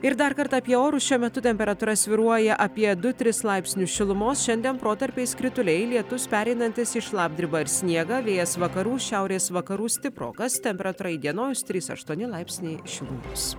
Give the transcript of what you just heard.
ir dar kartą apie orus šiuo metu temperatūra svyruoja apie du trys laipsnius šilumos šiandien protarpiais krituliai lietus pereinantis į šlapdribą ir sniegą vėjas vakarų šiaurės vakarų stiprokas temperatūrai įdienojus trys aštuoni laipsniai šilumos